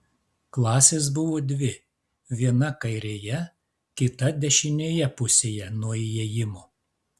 klasės buvo dvi viena kairėje kita dešinėje pusėje nuo įėjimo